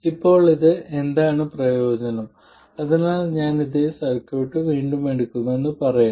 ഇപ്പോൾ ഇത് എന്താണ് പ്രയോജനം അതിനാൽ ഞാൻ അതേ സർക്യൂട്ട് എടുക്കുമെന്ന് വീണ്ടും പറയാം